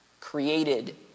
created